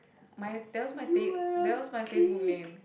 my that was my ta~ Facebook name